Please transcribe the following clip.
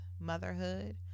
motherhood